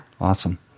Awesome